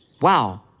Wow